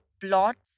plots